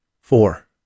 Four